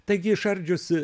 taigi išardžiusi